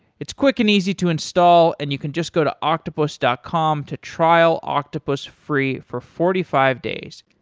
it's quick and easy to install and you can just go to octopus dot com to trial octopus free for forty five days.